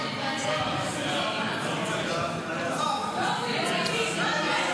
סטודנטים בפעילות חברתית וקהילתית (תיקון,